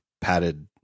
padded